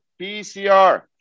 PCR